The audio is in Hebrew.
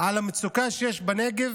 על המצוקה שיש בנגב